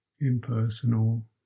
impersonal